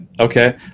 Okay